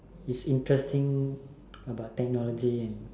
is interesting about technology and